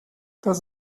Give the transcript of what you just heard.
das